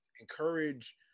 encourage